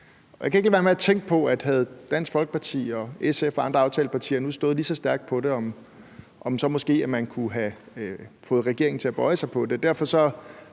Dansk Folkeparti og SF og andre aftalepartier nu stået lige så stærkt på det, kunne man måske have fået regeringen til at bøje sig på det.